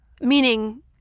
meaning